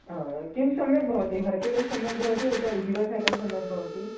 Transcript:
हा किं सम्यक् भवति हर्क्युलेस् सम्यक् भवति उत हीरो सैकल् सम्यक् भवति